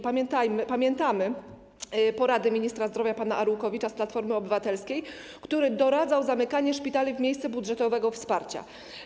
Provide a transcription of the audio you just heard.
Pamiętamy porady ministra zdrowia pana Arłukowicza z Platformy Obywatelskiej, który doradzał zamykanie szpitali w miejsce budżetowego wsparcia.